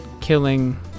killing